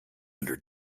under